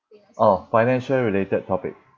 orh financial related topic